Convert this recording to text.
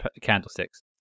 Candlesticks